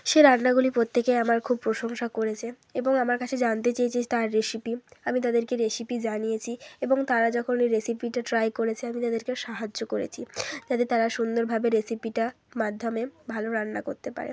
সে রান্নাগুলি প্রত্যেকেই আমার খুব প্রশংসা করেছে এবং আমার কাছে জানতে চেয়েছে তার রেসিপি আমি তাদেরকে রেসিপি জানিয়েছি এবং তারা যখন এই রেসিপিটা ট্রাই করেছে আমি তাদেরকে সাহায্য করেছি যাতে তারা সুন্দরভাবে রেসিপিটা মাধ্যমে ভালো রান্না করতে পারে